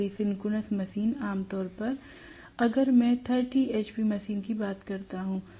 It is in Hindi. इसलिए सिंक्रोनस मशीन आमतौर पर अगर मैं 30 hp मशीन की बात करता हूं